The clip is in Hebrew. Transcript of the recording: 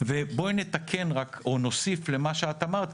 בואי נוסיף למה שאמרת,